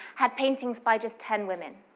had paintings by just ten women.